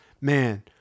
Man